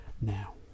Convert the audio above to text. now